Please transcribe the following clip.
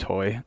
Toy